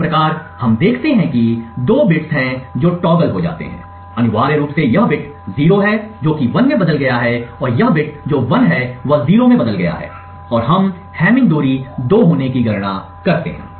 इस प्रकार हम देखते हैं कि दो बिट्स हैं जो टॉगल हो जाते हैं अनिवार्य रूप से यह बिट 0 है 1 में बदल गया है और यह बिट जो 1 है वह 0 में बदल गया है और हम हैमिंग दूरी 2 होने की गणना करते हैं